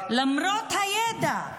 למרות הידע,